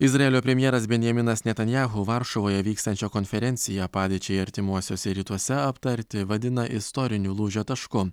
izraelio premjeras benjaminas netanyahu varšuvoje vykstančio konferenciją padėčiai artimuosiuose rytuose aptarti vadina istoriniu lūžio tašku